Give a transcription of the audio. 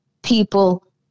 people